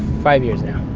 five years now.